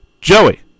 joey